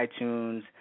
iTunes